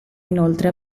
inoltre